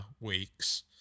weeks